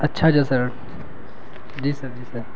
اچھا جا سر جی سر جی سر